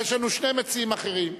אבל יש לנו שני מציעים אחרים.